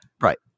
Right